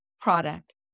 product